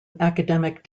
academic